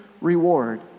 reward